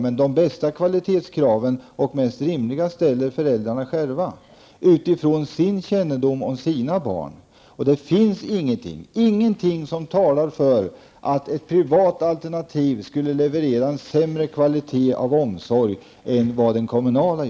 Men de bästa och mest rimliga kvalitetskraven ställer föräldrarna själva utifrån sin kännedom om sina barn. Det finns ingenting som talar för att ett privat alternativ skulle leverera en sämre kvalitet på omsorgen än den kommunala.